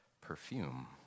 perfume